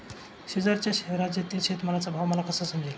शेजारच्या राज्यातील शेतमालाचा भाव मला कसा समजेल?